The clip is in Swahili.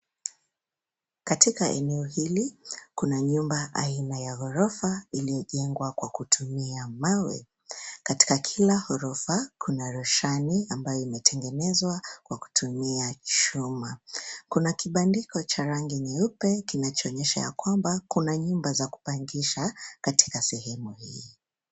Katika eneo hili kuna nyumba aina ya ghorofa iliyojengwa kwa kutumia mawe. Katika kila ghorofa kuna roshani ambayo imetengenezwa kwa kutumia chuma. Kuna kibandiko cha rangi nyeupe kinachoonyesha ya kwamba kuna nyumba za kupangisha katika sehemu hii.